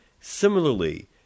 Similarly